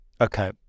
okay